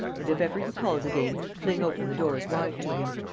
and, if ever he calls again, fling open the doors wide to him.